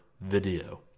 video